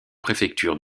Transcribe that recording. préfecture